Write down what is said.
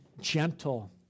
gentle